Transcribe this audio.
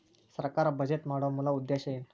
ಸರ್ಕಾರ್ ಬಜೆಟ್ ಮಾಡೊ ಮೂಲ ಉದ್ದೇಶ್ ಏನು?